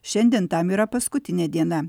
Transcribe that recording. šiandien tam yra paskutinė diena